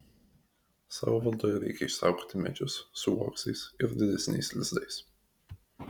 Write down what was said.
savo valdoje reikia išsaugoti medžius su uoksais ir didesniais lizdais